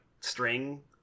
string